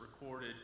recorded